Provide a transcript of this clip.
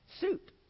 suit